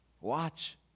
Watch